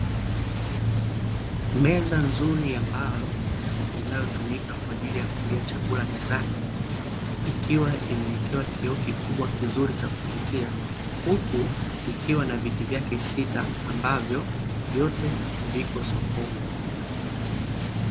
Meza nzuri ya mbao inayotumika kwa ajili ya kulia chakula mezani, ikiwa imewekewa kioo kikubwa kuziri cha kuvutia, huku ikiwa na viti vyake sita ambavyo vyote viko sokoni.